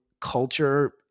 culture